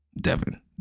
Devon